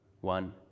One